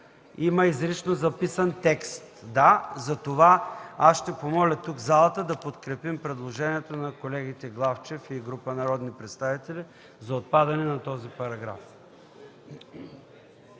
Има изрично записан текст. Затова ще помоля тук, в залата, да подкрепим предложението на колегата Главчев и групата народни представители за отпадане на този параграф.